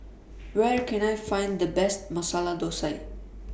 Where Can I Find The Best Masala Thosai